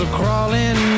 crawling